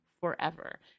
forever